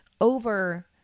over